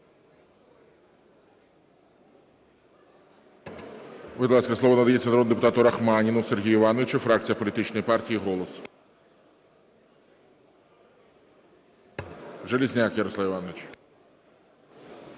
Будь ласка, слово надається народному депутату Рахманіну Сергію Івановичу, фракція політичної партії "Голос". Железняк Ярослав Іванович.